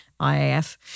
IAF